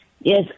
Yes